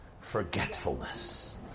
Forgetfulness